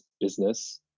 business